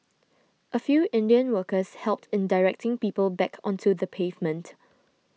a few Indian workers helped in directing people back onto the pavement